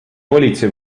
politsei